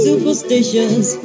Superstitious